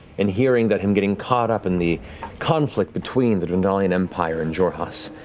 and hearing that him getting caught up in the conflict between the dwendalian empire and xhorhas.